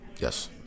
Yes